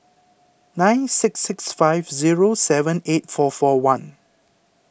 nine six six five zero seven eight four four one